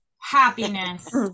Happiness